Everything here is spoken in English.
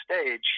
stage